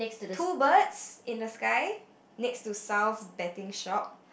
two birds in the sky next to Sal's betting shop